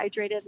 hydrated